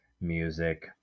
music